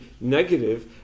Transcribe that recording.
negative